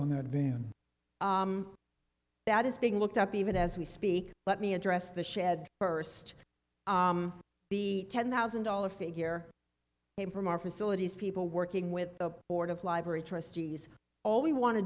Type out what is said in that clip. van that is being looked up even as we speak let me address the shed first the ten thousand dollars figure came from our facilities people working with the board of library trustees all we want to